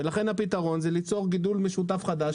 ולכן הפתרון הוא ליצור גידול משותף חדש,